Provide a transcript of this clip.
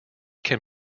can